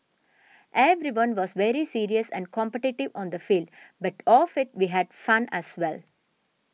everyone was very serious and competitive on the field but off it we had fun as well